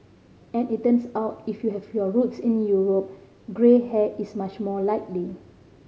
and it turns out if you have your roots in Europe grey hair is much more likely